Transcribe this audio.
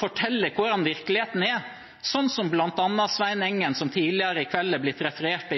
fortelle hvordan virkeligheten er, som bl.a. Svein Engen, som tidligere i kveld er blitt referert